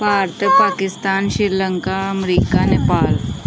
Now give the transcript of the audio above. ਭਾਰਤ ਪਾਕਿਸਤਾਨ ਸ਼੍ਰੀ ਲੰਕਾ ਅਮਰੀਕਾ ਨੇਪਾਲ